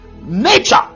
nature